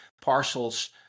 parcels